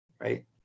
Right